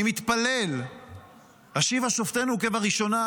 אני מתפלל "השיבה שופטינו כבראשונה